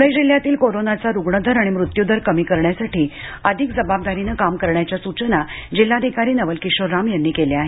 पुणे जिल्ह्यातील कोरोनाचा रुग्णदर आणि मृत्यूदर कमी करण्यासाठी अधिक जबाबदारीने काम करण्याच्या सुचना जिल्हाधिकारी नवलकिशोर राम यांनी केल्या आहेत